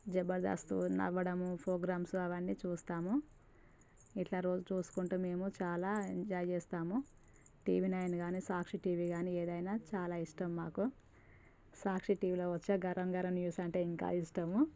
జబర్దస్తు నవ్వడం ఫ్రోగ్రాంసు అవన్నీ చూస్తాము ఇట్ల రోజు చూసుకుంటూ మేము చాలా ఎంజాయ్ చేస్తాము టీవీ నైన్ కానీ సాక్షి టీవీ కానీ చాలా ఇష్టం మాకు సాక్షి టీవీలో వచ్చే గరమ్ గరమ్ న్యూస్ అంటే ఇంకా ఇష్టము